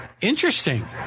Interesting